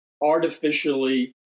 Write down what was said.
artificially